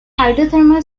hydrothermal